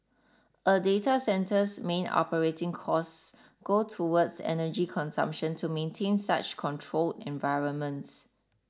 a data centre's main operating costs go towards energy consumption to maintain such controlled environments